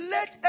Let